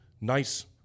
nice